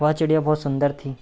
वह चिड़िया बहुत सुन्दर थी